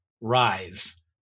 rise